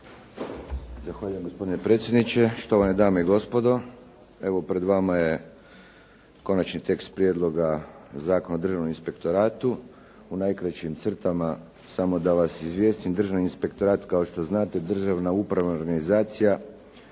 Zahvaljujem gospodine predsjedniče, štovane dame i gospodo. Evo, pred vama je konačni tekst Prijedloga Zakona o Državnom inspektoratu. U najkraćim crtama samo da vas izvijestim Državni inspektorat kao što znate državna upravna organizacija